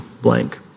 blank